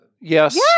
Yes